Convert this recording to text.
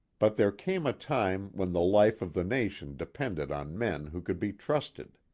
but there came a time when the life of the nation depended on men who could be trusted.